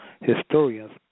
historians